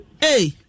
Hey